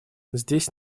здесь